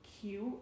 cute